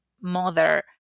mother